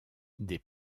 des